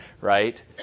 right